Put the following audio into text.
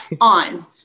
On